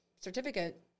certificate